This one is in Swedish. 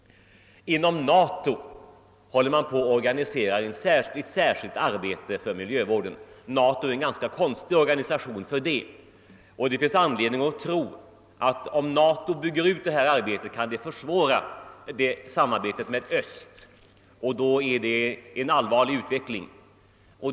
Inom Nato håller man på att organisera ett särskilt årbete för miljövården, men Nato är en ganska konstig organisation för det ändamålet, och det finns anledning tro att detta arbete, om Nato bygger ut det, skulle kunna försvåra samarbetet med Öst, och det innebär en allvarlig utveckling.